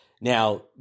Now